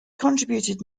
contributed